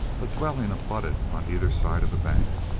a dwelling abutted on either side of the bank.